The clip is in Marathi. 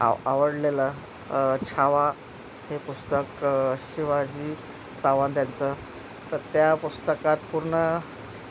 आव आवडलेलं छावा हे पुस्तक शिवाजी सावंतांचं तर त्या पुस्तकात पूर्ण